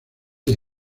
del